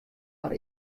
har